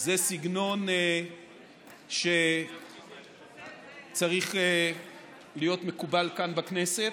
זה סגנון שצריך להיות מקובל כאן בכנסת.